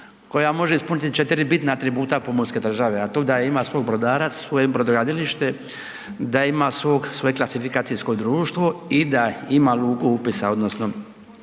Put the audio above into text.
koja može ispuniti 4 bitna atributa pomorske države, a to je da ima svog brodara, svoje brodogradilište, da ima svoje klasifikacijsko društvo i da ima luku upisa, odnosno